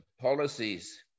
policies